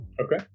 Okay